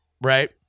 right